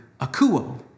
akuo